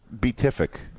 beatific